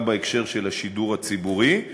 גם בהקשר של השידור הציבורי,